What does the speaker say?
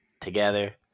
Together